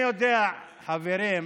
אני יודע, חברים,